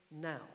now